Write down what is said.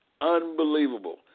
unbelievable